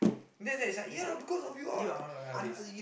then it's like it's ya because of you all ah i'm like habis